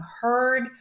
heard